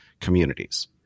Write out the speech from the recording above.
communities